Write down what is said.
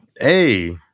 Hey